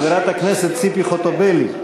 חברת הכנסת ציפי חוטובלי,